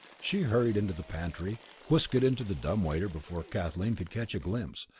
she hurried into the pantry, whisked it into the dumb waiter before kathleen could catch a glimpse,